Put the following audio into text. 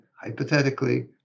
hypothetically